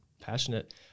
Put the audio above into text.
Passionate